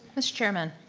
mr. chairman?